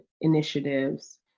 initiatives